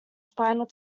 spinal